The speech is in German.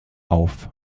auf